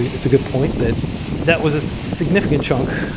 it's a good point that that was a significant chunk.